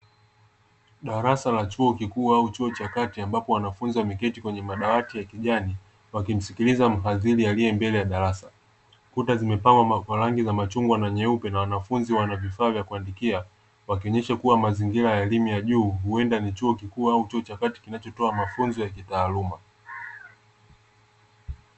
Darasa la chuo kikuu au chuo cha kati ambapo wanafunzi wameketi kwenye madawati ya kijani, wakimsikiliza mhadhiri aliye mbele ya darasa kuta zimepangwa kwa marangi za machungwa na nyeupe na wanafunzi wana vifaa vya kuandikia, wakionyesha kuwa mazingira ya elimu ya juu huenda ni chuo kikuu au chuo cha kati kinachotoa mafunzo ya kitaaluma.